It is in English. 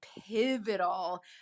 pivotal